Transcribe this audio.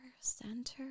center